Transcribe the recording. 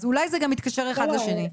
אז אולי זה גם יתקשר אחד לשני.